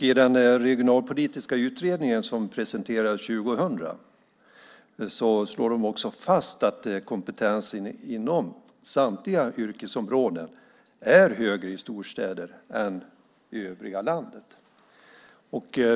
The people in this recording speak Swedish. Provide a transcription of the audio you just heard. I den regionalpolitiska utredning som presenterades 2000 slår man fast att kompetensen inom samtliga yrkesområden är högre i storstäder än i övriga landet.